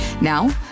Now